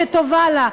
שטובה לה,